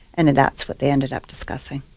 and that's what they ended up discussing.